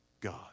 God